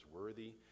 worthy